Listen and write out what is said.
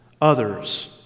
others